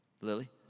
Lily